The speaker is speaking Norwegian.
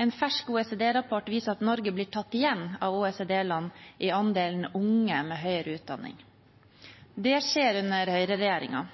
En fersk OECD-rapport viser at Norge blir tatt igjen av OECD-land i andelen unge med høyere utdanning. Det skjer under høyreregjeringen.